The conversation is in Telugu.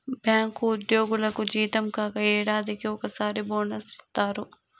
బ్యాంకు ఉద్యోగులకు జీతం కాక ఏడాదికి ఒకసారి బోనస్ ఇత్తారు